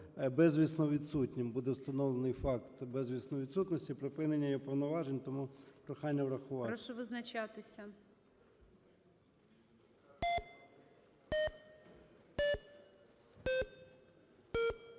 безвісно відсутнім, буде встановлений факт безвісної відсутності і припинення його повноважень. Тому прохання врахувати. ГОЛОВУЮЧИЙ. Прошу визначатися.